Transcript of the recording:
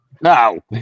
No